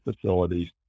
facilities